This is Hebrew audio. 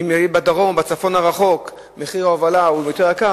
ואם בדרום או בצפון הרחוק מחיר ההובלה הוא יותר יקר,